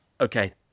okay